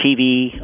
TV